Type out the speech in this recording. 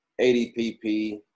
adpp